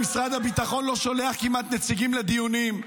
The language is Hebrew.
משרד הביטחון לא שולח כמעט נציגים לדיונים.